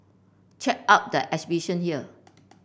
check out the exhibition here